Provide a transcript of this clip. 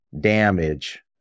damage